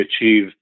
achieve